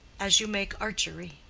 as you make archery.